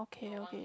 okay okay